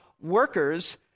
workers